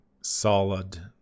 solid